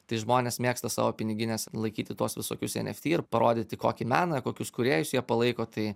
tai žmonės mėgsta savo piniginėse laikyti tuos visokius eft ir parodyti kokį meną kokius kūrėjus jie palaiko tai